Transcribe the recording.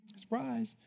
Surprise